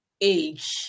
age